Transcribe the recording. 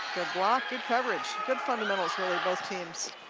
good block good coverage good fundamentals really, both teams.